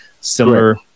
Similar